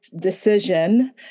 decision